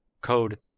code